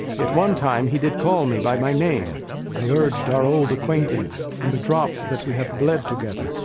yet one time he did call me by my name i urged our old acquaintance, and the drops that we have bled together.